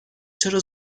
چرا